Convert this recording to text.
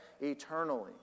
eternally